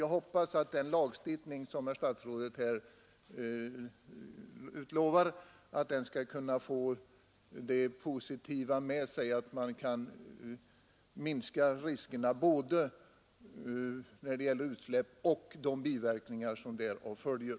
Jag hoppas att den lagstiftning som herr statsrådet utlovar skall kunna få det positiva med sig att man kan minska riskerna både när det gäller utsläpp och när det gäller de biverkningar som därav följer.